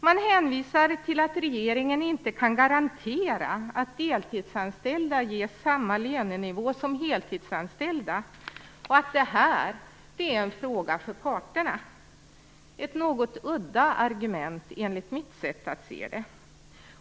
Man hänvisar till att regeringen inte kan garantera att deltidsanställda ges samma lönenivå som heltidsanställda och att det är en fråga för parterna. Det är ett något udda argument, enligt mitt sätt att se det.